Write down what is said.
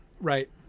right